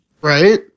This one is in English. right